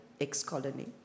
ex-colony